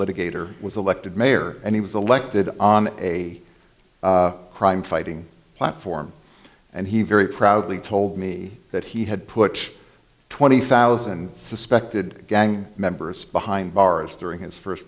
litigator was elected mayor and he was elected on a crime fighting platform and he very proudly told me that he had put twenty thousand suspected gang members behind bars during his first